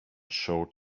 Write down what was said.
short